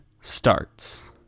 starts